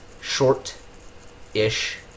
short-ish